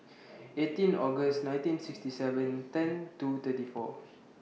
eighteen August nineteen sixty seven ten two thirty four